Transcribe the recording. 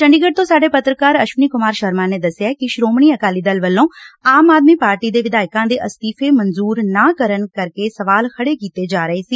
ਚੰਡੀਗੜ ਤੋਂ ਸਾਡੇ ਪੱਤਰਕਾਰ ਅਸ਼ਵਨੀ ਕੁਮਾਰ ਸ਼ਰਮਾ ਨੇ ਦਸਿਐ ਕਿ ਸ੍ਹੋਮਣੀ ਅਕਾਲੀ ਦਲ ਵੱਲੋਂ ਆਮ ਆਦਮੀ ਪਾਰਟੀ ਦੇ ਵਿਧਾਇਕਾਂ ਦੇ ਅਸਤੀਫ਼ੇ ਮਨਜੂਰ ਨਾ ਕਰਨ ਕਰਕੇ ਸਵਾਲ ਖੜੇ ਕੀਤੇ ਜਾ ਰਹੇ ਸੀ